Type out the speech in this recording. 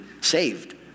saved